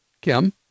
Kim